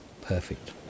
perfect